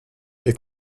est